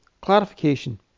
clarification